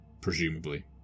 Presumably